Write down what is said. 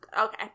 Okay